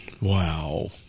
Wow